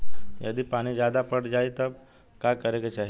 यदि पानी ज्यादा पट जायी तब का करे के चाही?